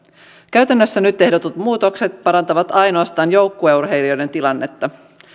käytännössä nyt ehdotetut muutokset parantavat ainoastaan joukkueurheilijoiden tilannetta